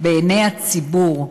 בעיני הציבור.